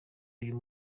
uyu